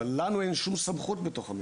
אבל לנו אין סמכות בתוך המפעלים.